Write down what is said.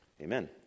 Amen